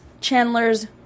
Chandler's